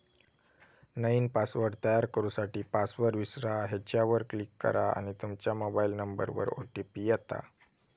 नईन पासवर्ड तयार करू साठी, पासवर्ड विसरा ह्येच्यावर क्लीक करा आणि तूमच्या मोबाइल नंबरवर ओ.टी.पी येता